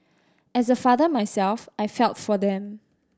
as a father myself I felt for them